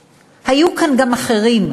אובדנות, היו כאן גם אחרים,